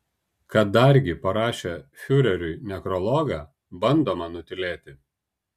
kad dargi parašė fiureriui nekrologą bandoma nutylėti